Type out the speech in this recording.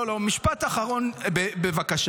לא, לא, משפט אחרון, בבקשה.